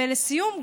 ולסיום,